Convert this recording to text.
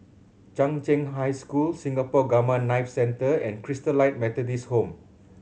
Chung Cheng High School Singapore Gamma Knife Centre and Christalite Methodist Home